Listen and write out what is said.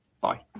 bye